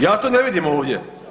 Ja to ne vidim ovdje.